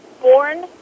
born